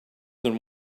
than